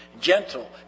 gentle